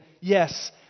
yes